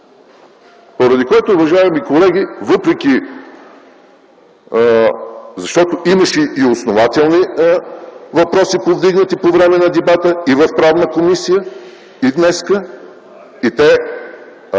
Поради което, уважаеми колеги, защото имаше и основателни въпроси, повдигнати по време на дебата, и в Правна комисия, и днес. И те